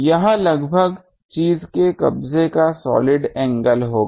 यह लगभग चीज के कब्जे का सॉलिड एंगल होगा